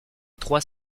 trois